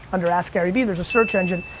under ask gary vee, there's a search engine.